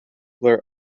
blair